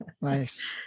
Nice